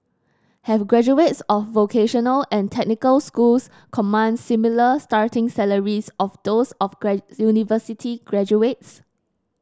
have graduates of vocational and technical schools command similar starting salaries of those of university graduates